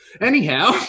Anyhow